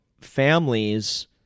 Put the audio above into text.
families